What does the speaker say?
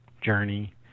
journey